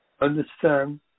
understand